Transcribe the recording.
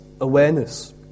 awareness